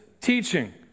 teaching